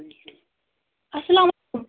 اسلامُ علیکم